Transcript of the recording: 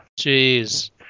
Jeez